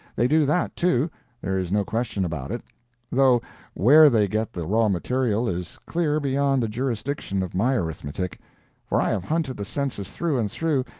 they do that, too there is no question about it though where they get the raw material is clear beyond the jurisdiction of my arithmetic for i have hunted the census through and through,